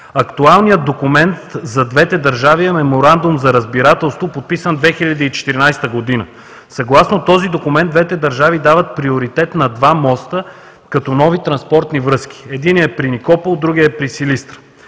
Актуалният документ за двете държави е Меморандум за разбирателство, подписан в 2014 г. Съгласно този документ двете държави дават приоритет на два моста, като нови транспортни връзки – единият е при Никопол, другият е при Силистра.